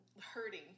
hurting